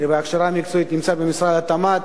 וההכשרה המקצועית נמצאת במשרד התמ"ת.